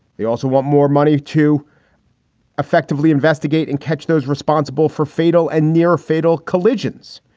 they also want more money to effectively investigate and catch those responsible for fatal and near fatal collisions.